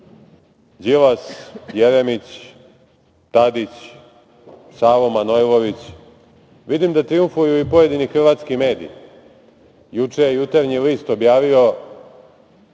Đilas, Jeremić, Tadić, Savo Manojlović. Vidim da trijumfuju i pojedini hrvatski mediji. Juče je „Jutarnji list“ objavio: